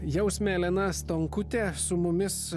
jausmė elena stonkutė su mumis